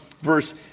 verse